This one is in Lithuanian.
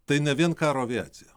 tai ne vien karo aviacija